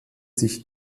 sich